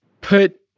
Put